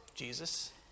Jesus